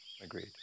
agreed